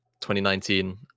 2019